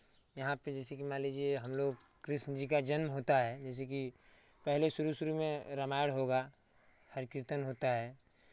यहाँ पे जैसेकि मान लीजिए हम लोग कृष्ण जी का जन्म होता है जैसेकि पहले शुरू शुरू में रामायण होगा हरि कीर्तन होता है